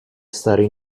stare